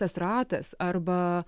tas ratas arba